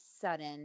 sudden